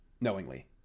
knowingly